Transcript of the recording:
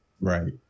Right